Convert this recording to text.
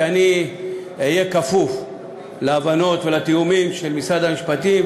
אני אהיה כפוף להבנות ולתיאומים עם משרד המשפטים,